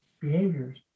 behaviors